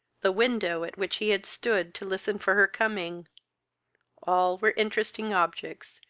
the window at which he had stood to listen for her coming all were interesting objects,